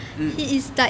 mm